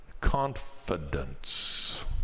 confidence